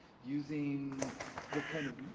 using what kind of,